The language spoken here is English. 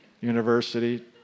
university